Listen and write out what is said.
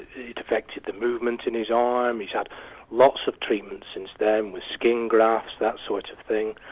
it affected the movement in his arm, he's had lots of treatment since then, with skin grafts, that sort of thing.